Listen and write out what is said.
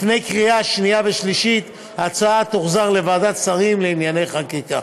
לפני קריאה שנייה ושלישית ההצעה תוחזר לוועדת שרים לענייני חקיקה.